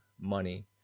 money